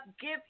give